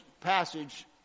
passage